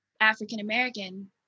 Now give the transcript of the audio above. African-American